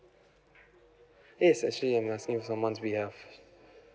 yes actually I'm asking someone's behalf